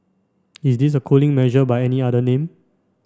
is this a cooling measure by any other name